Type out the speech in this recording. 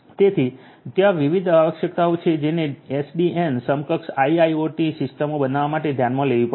તેથી ત્યાં વિવિધ આવશ્યકતાઓ છે જેને એસડીએન સક્ષમ IIoT સિસ્ટમો બનાવવા માટે ધ્યાનમાં લેવી પડશે